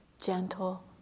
gentle